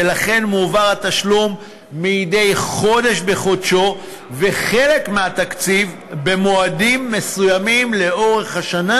מועבר התשלום מדי חודש בחודשו וחלק מהתקציב במועדים מסוימים לאורך השנה,